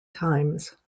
times